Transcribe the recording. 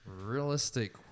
realistic